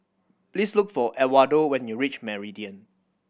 please look for Edwardo when you reach Meridian